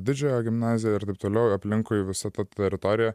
didžiojo gimnazija ir taip toliau aplinkui visa ta teritorija